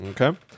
Okay